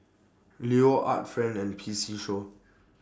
Leo Art Friend and P C Show